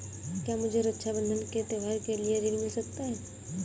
क्या मुझे रक्षाबंधन के त्योहार के लिए ऋण मिल सकता है?